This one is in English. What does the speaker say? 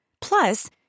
Plus